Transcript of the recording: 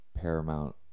paramount